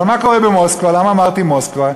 אבל מה קורה במוסקבה, למה אמרתי מוסקבה?